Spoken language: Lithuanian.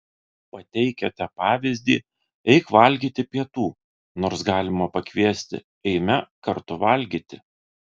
pateikiate pavyzdį eik valgyti pietų nors galima pakviesti eime kartu valgyti